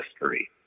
history